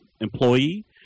employee